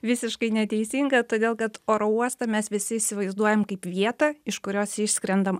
visiškai neteisinga todėl kad oro uostą mes visi įsivaizduojam kaip vietą iš kurios išskrendam